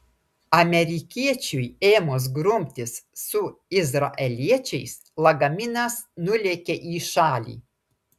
amerikiečiui ėmus grumtis su izraeliečiais lagaminas nulėkė į šalį